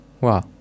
Wow